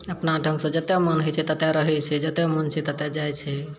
अपना ढङ्गसँ जतऽ मन होइ छै ततऽ रहै छै जतऽ मोन छै ततऽ जाइत छै